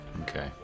Okay